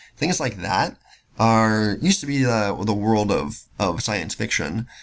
things like that are used to be the the world of of science fiction.